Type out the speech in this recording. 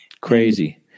crazy